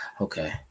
okay